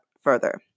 further